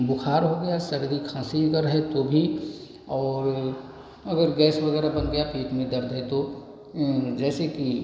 बुखार हो गया सर्दी खांसी अगर है तो भी और अगर गैस वगैरह बन गया पेट में दर्द है तो जैसे कि